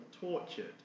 tortured